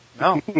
No